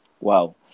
Wow